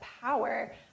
power